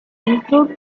improved